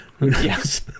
Yes